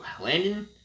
Landon